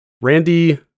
Randy